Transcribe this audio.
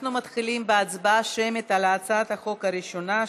אנחנו מתחילים בהצבעה שמית על הצעת החוק הראשונה,